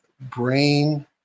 brain